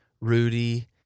Rudy